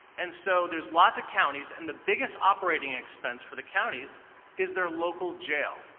and so there's lots of counties. and the biggest operating expense for the counties is there local jail,